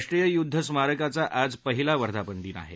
राष्ट्रीय युद्ध स्मारकाचा आज पहिला वर्धापनदिन आहे